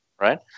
right